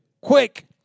Quick